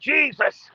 Jesus